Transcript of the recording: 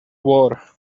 war